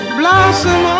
blossom